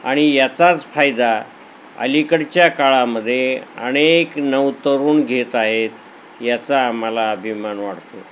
आणि याचाच फायदा अलीकडच्या काळामध्ये अनेक नवतरुण घेत आहेत याचा आम्हाला अभिमान वाटतो